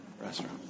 restaurant